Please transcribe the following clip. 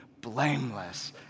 blameless